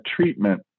treatment